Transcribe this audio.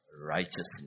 righteousness